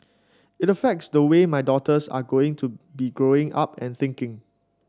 it affects the way my daughters are going to be Growing Up and thinking